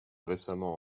récemment